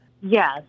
Yes